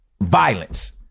violence